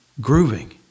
grooving